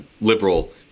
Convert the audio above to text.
liberal